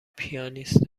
پیانیست